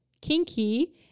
kinky